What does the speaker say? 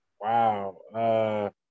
wow